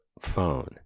phone